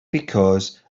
because